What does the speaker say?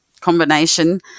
combination